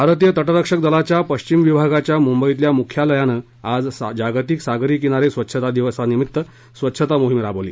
भारतीय तटरक्षक दलाच्या पश्विम विभागाच्या मुंबईतल्या मुख्यालयानं आज जागतिक सागरी किनारे स्वच्छता दिवस निर्मित स्वच्छता मोहीम राबिली